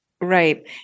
right